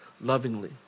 lovingly